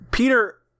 Peter